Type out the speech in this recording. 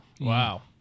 Wow